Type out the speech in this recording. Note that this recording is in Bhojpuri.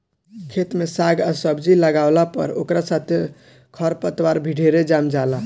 खेत में साग आ सब्जी लागावला पर ओकरा साथे खर पतवार भी ढेरे जाम जाला